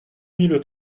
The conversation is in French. mille